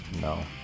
No